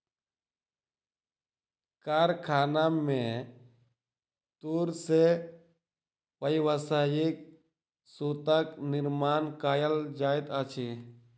कारखाना में तूर से व्यावसायिक सूतक निर्माण कयल जाइत अछि